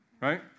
right